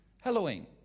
Halloween